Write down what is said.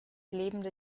lebende